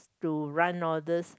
to run all these